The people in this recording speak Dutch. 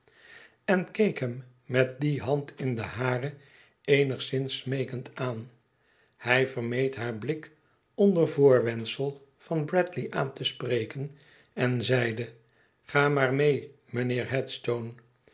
en keek hem met die hand in de hare eenigszins smeekend aan hij vermeed haar blik onder voorwendsel van bradley aan te spreken en zeide ga maar mee mijnheer